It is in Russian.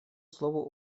слово